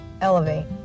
Elevate